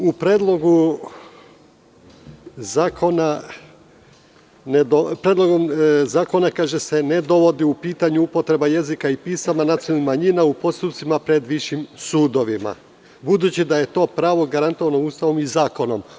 Kaže se da se u Predlogu zakona ne dovodi u pitanje upotreba jezika i pisama nacionalnih manjina u postupcima pred višim sudovima, budući da je to pravo garantovano Ustavom i zakonom.